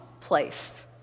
place